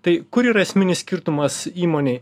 tai kur yra esminis skirtumas įmonei